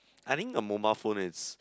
I think a mobile phone is